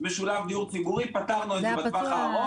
משולב דיור ציבורי פתרנו את הבעיה לטווח הארוך.